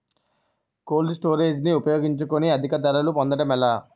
Cold storage ని ఉపయోగించుకొని అధిక ధరలు పొందడం ఎలా?